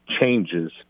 changes